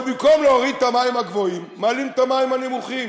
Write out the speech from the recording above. אבל במקום להוריד את המים הגבוהים מעלים את המים הנמוכים.